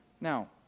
Now